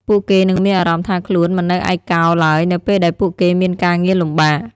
ពួកគេនឹងមានអារម្មណ៍ថាខ្លួនមិននៅឯកោឡើយនៅពេលដែលពួកគេមានការងារលំបាក។